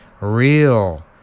real